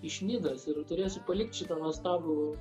iš nidos ir turėsiu palikt šitą nuostabų